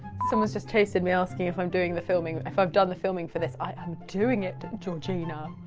someone's just chastened me, asking if i'm doing the filming, if i've done the filming for this i am doing it, georgina.